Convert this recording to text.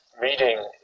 meeting